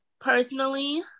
personally